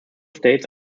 states